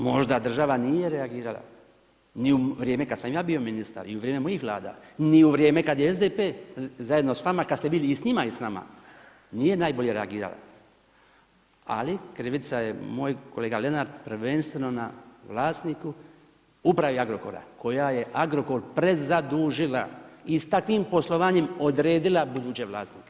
Možda država nije reagirala, ni u vrijeme kad sam ja bio ministar i u vrijeme mojih Vlada, ni u vrijeme kad je SDP zajedno s vama, kad ste bili i s njima i s nama, nije najbolje reagirala, ali krivica je moj kolega Lenart prvenstveno na vlasniku, upravi Agrokora koja je Agrokor prezadužila i s takvim poslovanjem odredila budućeg vlasnika.